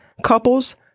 couples